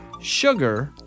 sugar